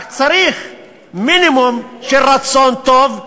רק צריך מינימום של רצון טוב,